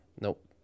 Nope